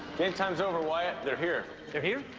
game time's over, wyatt, they're here. they're here?